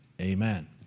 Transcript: Amen